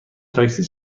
تاکسی